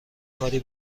کاری